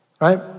right